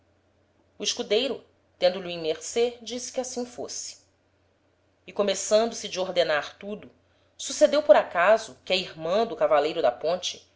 o escudeiro tendo lho em mercê disse que assim fosse e começando se de ordenar tudo sucedeu por acaso que a irman do cavaleiro da ponte